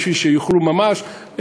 בשביל שיוכלו ממש,